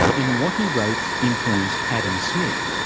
and what he wrote influenced adam smith,